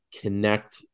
connect